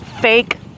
Fake